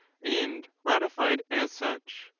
and ratified as such.